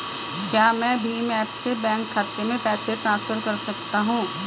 क्या मैं भीम ऐप से बैंक खाते में पैसे ट्रांसफर कर सकता हूँ?